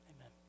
amen